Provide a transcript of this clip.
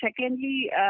secondly